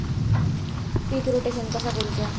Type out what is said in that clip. पीक rotation कसा करूचा?